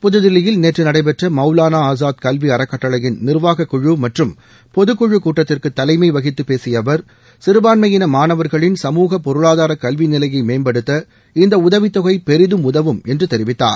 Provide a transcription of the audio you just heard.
புதுதில்லியில் நேற்று நடைபெற்ற மௌலானா ஆசாத் கல்வி அறக்கட்டளையின் நிர்வாகக் குழு மற்றும் பொதுக்குழுக் கூட்டத்திற்கு தலைமை வகித்து பேசிய அவர் சிறுபான்மையின மாணவர்களின் சமூக பொருளாதார கல்வி நிலையை மேம்படுத்த இந்த உதவித் தொகை பெரிதும் உதவும் என்று தெரிவித்தார்